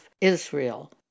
Israel